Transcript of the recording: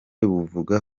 buvuga